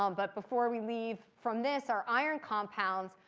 um but before we leave from this, our iron compounds,